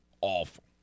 awful